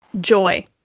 joy